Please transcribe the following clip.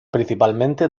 principalmente